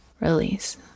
release